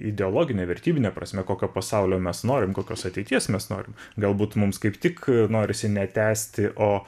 ideologine vertybine prasme kokio pasaulio mes norim kokios ateities mes norim galbūt mums kaip tik norisi ne tęsti o